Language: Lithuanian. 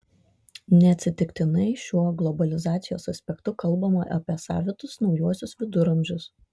neatsitiktinai šiuo globalizacijos aspektu kalbama apie savitus naujuosius viduramžius